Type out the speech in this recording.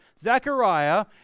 Zechariah